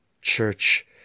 church